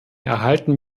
erhalten